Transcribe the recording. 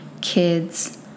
kids